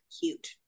cute